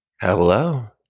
Hello